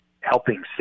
helping